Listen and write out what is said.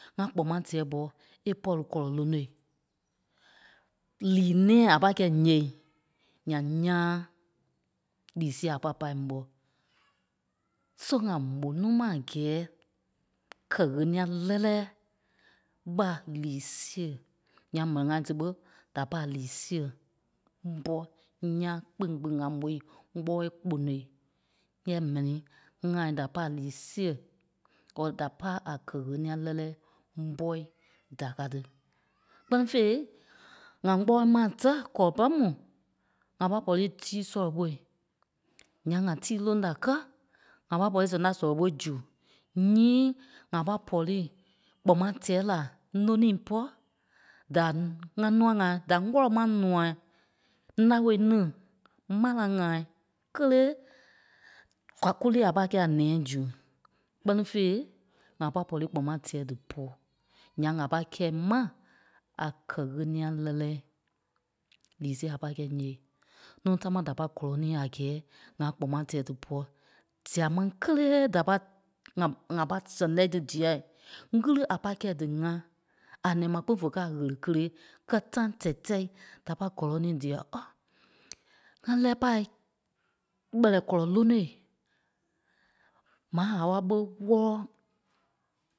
ŋá kpɔŋ mâa tɛɛ bɔ́ é pɔ̂ri kɔlɔ lónoi lii nɛ̃ɛ a pâi kɛ̂i ǹyêei, ǹyaŋ ńyãa lii sêe a pâi pâi ḿbɔ. So ŋa mò núu ma a gɛ́ɛ kɛ̀ ɣéniɛ lɛ́lɛɛ ɓa lii sêe, ǹyaŋ m̀ɛni ŋai tí ɓé a pâ a lii sêe ḿbɔ ńyãa kpîŋ kpîŋ ŋa môi ŋ́gbɔɔi kponôi. Kɛ́ɛ m̀ɛni ŋai da pâ a lii sêe or da pâ a kɛ ɣéniɛ lɛ́lɛɛ ḿbɔi, da ká tí. Kpɛ́ni fêi ŋa ŋ́gbɔɔi ma tɛ́ kɔlɔ pɛrɛ mu ŋa pâi pɔ̂rii tíi sɔlɔ ɓói. Ǹyaŋ ŋa tíi loŋ da kɛ̂i, ŋa pâi pɔ̂rii sɛŋ da sɔlɔ ɓói zu nyíi ŋa pâi pɔ̂rii kpɔŋ mâa tɛɛi nônii pɔ́ da ŋá nûa ŋai, da ŋ́gɔlɛ ma nûai, naoi ní, marâa ŋai kélee kwa- kú líi a pâi kɛ̂i a nɛ̃ɛ zu. Kpɛ́ni fêi, ŋa pâi pɔ̂rii kpɔŋ mâa tɛɛi dípɔ. Ǹyaŋ a pâi kɛ̂i ma a kɛ ɣéniɛ lɛ́lɛɛ, lii sêe a pâi kɛ̂i ńyêei, núu támaa da pâi gɔ́lɔŋ ni a gɛ́ɛ ŋãa kpɔŋ mâa tɛɛ dípɔ. Diai máŋ kélee da pa- ŋa- ŋa- pâi sɛŋ lɛ́i tí diai, ŋ́gili a pâi kɛ̂i dí ŋá, a nɛ̃ɛ ma kpîŋ vé kɛ a ɣele kélee. Kɛ́lɛ tãi tɛ̂i tɛi da pâi gɔ́lɔŋ ní dîɛ Ó! ŋá lɛ́ɛ pâi Kpɛlɛɛ kɔlɔ lónoi, Ma. Hawa ɓé wɔ́lɔ,